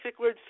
cichlids